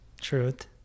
truth